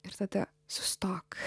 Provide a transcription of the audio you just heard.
ir tada sustok